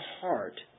heart